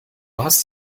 hast